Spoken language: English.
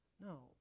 No